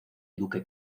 duque